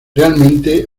realmente